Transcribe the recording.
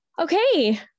Okay